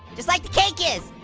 just like the cake is.